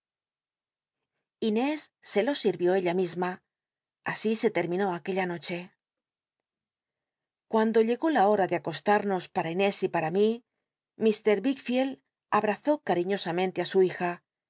inés se lo sinió ella misma así se terminó nc nclla noche cuando llegó la hora do acostamos para lnés y ara mi rr wickfield abrazó ca riñosamente i su hija